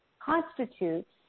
constitutes